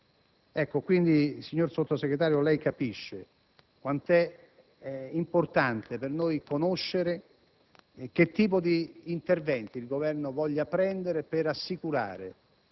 testimonianza. Signor Sottosegretario, lei capisce quanto sia importante per noi conoscere che tipo di interventi il Governo voglia attuare per assicurare